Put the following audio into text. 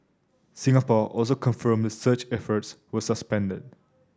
Singapore also confirmed the search efforts were suspended